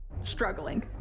struggling